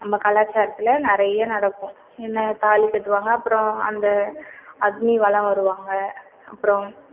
நம்ம கலாச்சாரத்தில் நிறையே நடக்கும் என்ன தாலி கட்டுவாங்கள் அப்புறம் அந்த அக்னி வளம் வருவாங்கள் அப்புறம்